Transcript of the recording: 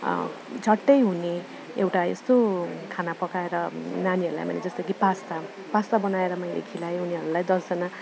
झट्ट हुने एउटा यस्तो खाना पकाएर नानीहरूलाई मैले जस्तो कि पास्ता पास्ता बनाएर मैले खुवाएँ उनीहरूलाई दसजना